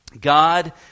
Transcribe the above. God